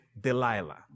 Delilah